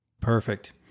Perfect